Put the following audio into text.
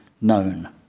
known